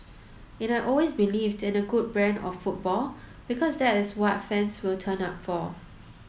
and I always believed in a good brand of football because that is what fans will turn up for